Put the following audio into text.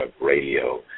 radio